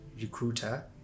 recruiter